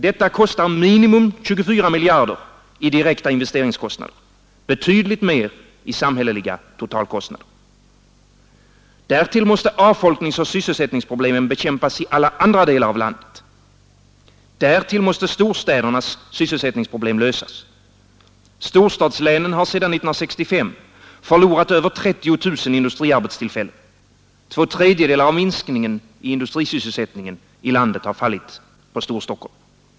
Detta kostar minimum 24 miljarder i direkta investeringskostnader, betydligt mer i samhälleliga totalkostnader. Därtill måste avfolkningsoch sysselsättningsproblemen bekämpas i alla andra delar av landet. Därtill måste storstädernas sysselsättningspro = Nr 101 blem lösas. Storstadslänen har sedan 1965 förlorat över 30 000 industri Måndagen den arbetstillfällen. Två tredjedelar av minskningen i industrisysselsättningen i 28 maj 1973 landet har fallit på Storstockholm.